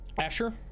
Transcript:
Asher